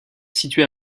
situés